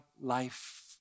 life